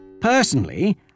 Personally